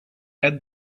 add